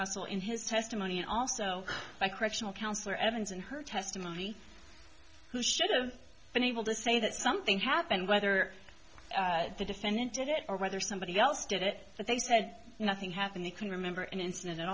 russell in his testimony and also by correctional counselor evans in her testimony who should have been able to say that something happened whether the defendant did it or whether somebody else did it but they said nothing happened he can remember an incident